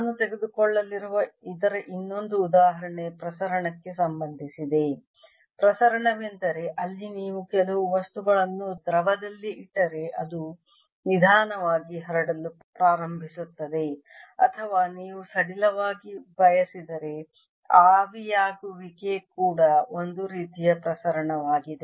ನಾನು ತೆಗೆದುಕೊಳ್ಳಲಿರುವ ಇದರ ಇನ್ನೊಂದು ಉದಾಹರಣೆ ಪ್ರಸರಣಕ್ಕೆ ಸಂಬಂಧಿಸಿದೆ ಪ್ರಸರಣವೆಂದರೆ ಅಲ್ಲಿ ನೀವು ಕೆಲವು ವಸ್ತುಗಳನ್ನು ದ್ರವದಲ್ಲಿ ಇಟ್ಟರೆ ಅದು ನಿಧಾನವಾಗಿ ಹರಡಲು ಪ್ರಾರಂಭಿಸುತ್ತದೆ ಅಥವಾ ನೀವು ಸಡಿಲವಾಗಿ ಬಯಸಿದರೆ ಆವಿಯಾಗುವಿಕೆ ಕೂಡ ಒಂದು ರೀತಿಯ ಪ್ರಸರಣವಾಗಿದೆ